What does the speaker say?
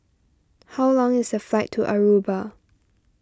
how long is the fight to Aruba